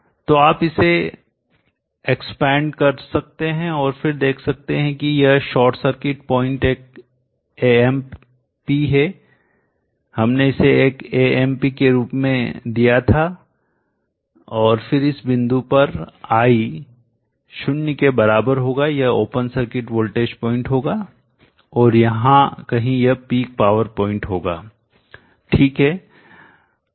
तो आप इसे एक्सपेंड विस्तारित कर सकते हैं और फिर देख सकते हैं कि यह शॉर्ट सर्किट पॉइंट एक amp है हमने इसे एक amp के रूप में दिया था और फिर इस बिंदु पर आई शून्य के बराबर होगा यह ओपन सर्किट वोल्टेज पॉइंट होगा और यहां कहीं यह पीक पावर पॉइंट होगा ठीक है